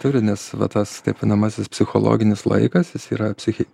turi nes va tas taip vadinamasis psichologinis laikas jis yra psichi